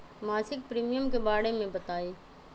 मासिक प्रीमियम के बारे मे बताई?